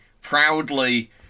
proudly